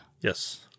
Yes